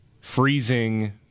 freezing